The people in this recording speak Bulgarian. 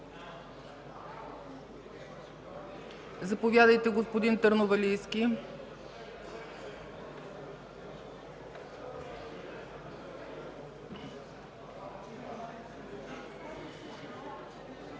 Заповядайте, господин Търновалийски.